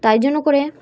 তাই জন্য করে